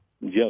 Yes